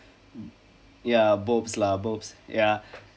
ya bobs lah bobs ya